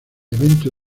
evento